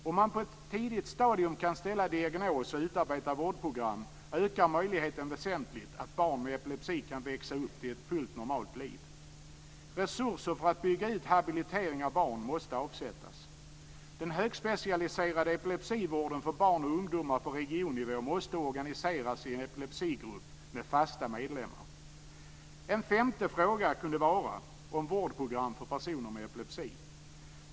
Om man på ett tidigt stadium kan ställa diagnos och utarbeta vårdprogram, ökar möjligheten väsentligt för barn med epilepsi att växa upp till ett fullt normalt. Resurser för att bygga ut habilitering av barn måste avsättas. Den högspecialiserade epilepsivården för barn och ungdomar på regionnivå måste organiseras i en epilepsigrupp med fasta medlemmar. En femte fråga kunde vara ett vårdprogram för personer med epilepsi.